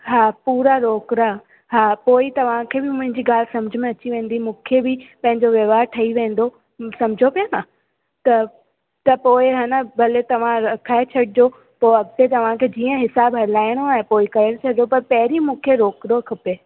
हा पूरा रोकड़ा हा पोइ तव्हांखे बि मुंहिंजी ॻाल्हि समुझ में अची वेंदी मूंखे बि पंहिंजो वहिंवारु ठई वेंदो समुझो पिया न त त पोइ आहे न भले तव्हां रखाए छॾिजो पोइ अॻिते तव्हांखे जीअं हिसाबु हलाइणो आहे पोइ करे छॾियो पर पहिरीं मूंखे रोकड़ो खपे